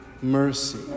mercy